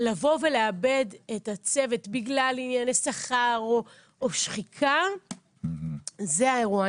לבוא ולאבד את הצוות בגלל ענייני שכר או שחיקה זה האירוע.